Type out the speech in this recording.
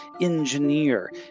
engineer